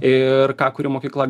ir ką kuri mokykla